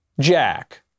Jack